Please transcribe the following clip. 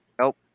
Nope